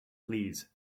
please